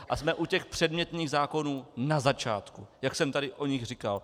A jsme u těch předmětných zákonů na začátku, jak jsem tady o nich říkal.